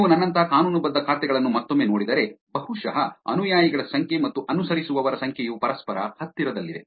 ನೀವು ನನ್ನಂತಹ ಕಾನೂನುಬದ್ಧ ಖಾತೆಗಳನ್ನು ಮತ್ತೊಮ್ಮೆ ನೋಡಿದರೆ ಬಹುಶಃ ಅನುಯಾಯಿಗಳ ಸಂಖ್ಯೆ ಮತ್ತು ಅನುಸರಿಸುವವರ ಸಂಖ್ಯೆಯು ಪರಸ್ಪರ ಹತ್ತಿರದಲ್ಲಿದೆ